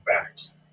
facts